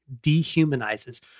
dehumanizes